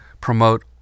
promote